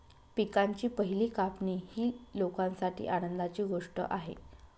पिकांची पहिली कापणी ही लोकांसाठी आनंदाची गोष्ट आहे